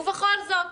ובכל זאת,